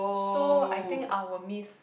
so I think I will miss